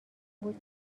بود